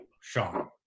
Sean